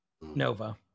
Nova